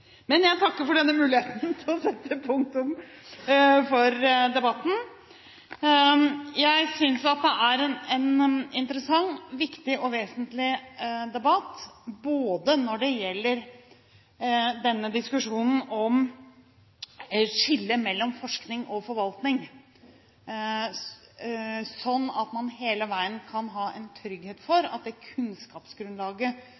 Men jeg takker for denne muligheten til å sette punktum for debatten. Jeg synes dette er en interessant, viktig og vesentlig debatt. Skillet mellom forskning og forvaltning – det at man hele veien kan ha en trygghet